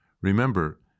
Remember